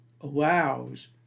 allows